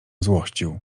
złościł